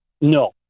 No